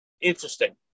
interesting